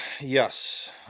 Yes